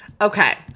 Okay